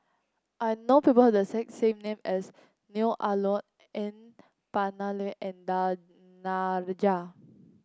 I know people have the exact same name as Neo Ah Luan N Palanivelu and Danaraj